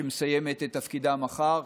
שמסיימת את תפקידה מחר,